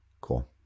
Cool